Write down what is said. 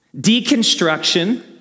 deconstruction